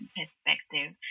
perspective